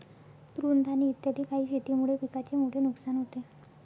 तृणधानी इत्यादी काही शेतीमुळे पिकाचे मोठे नुकसान होते